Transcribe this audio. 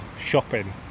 shopping